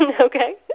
okay